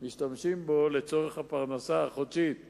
משתמשים בו לצורך הפרנסה החודשית שלהם.